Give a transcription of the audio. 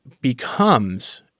becomes